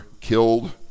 killed